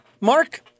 Mark